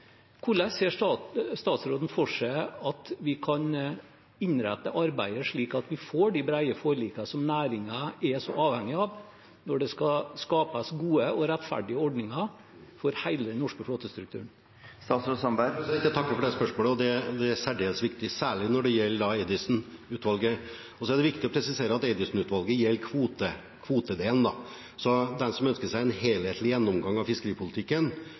Hvordan ser statsråden for seg at vi kan innrette arbeidet slik at vi får de brede forlikene som næringen er så avhengig av når det skal skapes gode og rettferdige ordninger for hele den norske flåtestrukturen? Jeg takker for spørsmålet. Det er særdeles viktig, særlig når det gjelder Eidesen-utvalget. Det er viktig å presisere at Eidesen-utvalget gjelder kvotedelen, så hvis man ønsker seg en helhetlig gjennomgang av fiskeripolitikken,